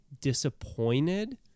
disappointed